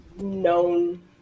known